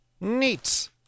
Neat